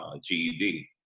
GED